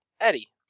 Eddie